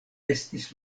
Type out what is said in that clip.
estis